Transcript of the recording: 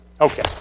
Okay